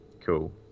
cool